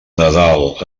nadal